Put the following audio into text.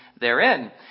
therein